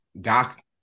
doc